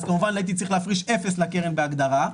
כמובן הייתי צריך להפריש אפס לקרן בהגדרה,